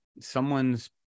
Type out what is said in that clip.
someone's